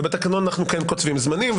ובתקנון אנחנו כן קוצבים זמנים,